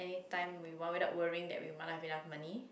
time we want without worrying that we might not have enough money